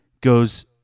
goes